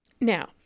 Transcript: Now